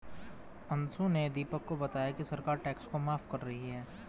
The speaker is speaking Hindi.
अंशु ने दीपक को बताया कि सरकार टैक्स को माफ कर रही है